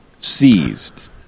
seized